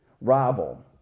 rival